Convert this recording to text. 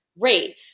Great